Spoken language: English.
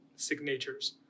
signatures